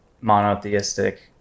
monotheistic